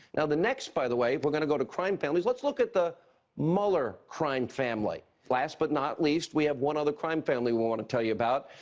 now, the next, by the way, we're gonna go to crime families. let's look at the mueller crime family. last but not least, we have one other crime family we want to tell you about.